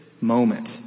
moment